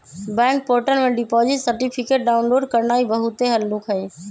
bank portal से deposit certificate download करनाइ बहुते हल्लुक हइ